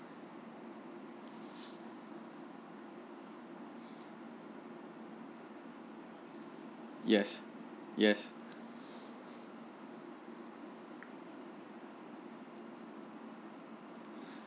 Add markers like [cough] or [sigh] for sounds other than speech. yes yes [breath]